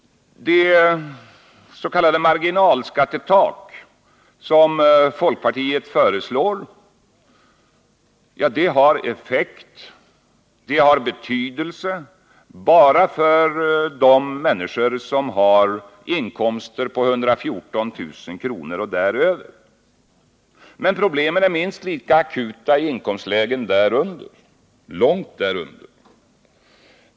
marginalskattetak som folkpartiet föreslår har effekt och betydelse bara för dem som har inkomster på 114 000 kr. och däröver. Men problemen är minst lika akuta i inkomstlägen långt därunder.